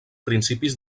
principis